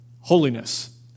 holiness